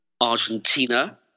Argentina